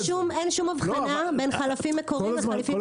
אין שום הבחנה בין חלפים מקוריים לחלפים תחליפיים בהקשר הזה.